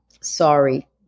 sorry